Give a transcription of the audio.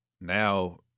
now